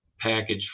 package